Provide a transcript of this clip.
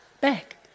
back